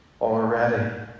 already